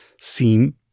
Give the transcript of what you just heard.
seem